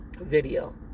video